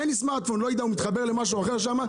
אין לי סמרט פון והוא מתחבר למשהו אחר שם.